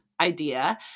idea